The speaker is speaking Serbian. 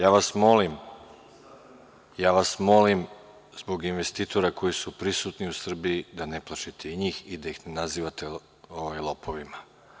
Ja vas molim, zbog investitora koji su prisutni u Srbiji, da ne plašite i njih i da ih ne nazivate lopovima.